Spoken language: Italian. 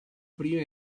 prima